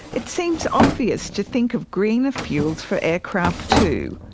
it seems obvious to think of greener fuels for aircraft too,